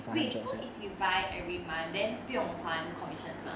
wait so if you buy every month then 不用还 commission 是吗